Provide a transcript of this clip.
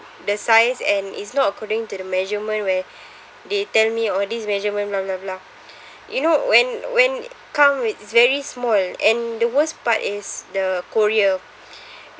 the size and is not according to the measurement where they tell me or these measurement blah blah blah you know when when come with very small and the worst part is the courier